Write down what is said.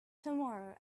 tomorrow